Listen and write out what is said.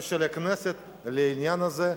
ושל הכנסת לעניין הזה.